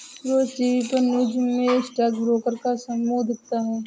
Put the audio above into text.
रोज TV पर news में stock broker का समूह दिखता है